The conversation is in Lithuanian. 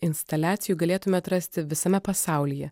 instaliacijų galėtume atrasti visame pasaulyje